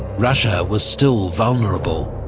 russia was still vulnerable.